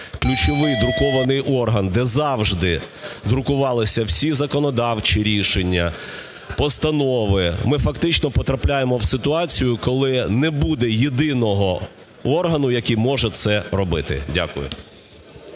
ключовий друкований орган, де завжди друкувалися всі законодавчі рішення, постанови, ми фактично потрапляємо в ситуацію, коли не буде єдиного органу, який може це робити. Дякую.